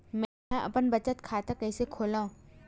मेंहा अपन बचत खाता कइसे खोलव?